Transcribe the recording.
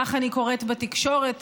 כך אני קוראת בתקשורת,